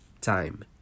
time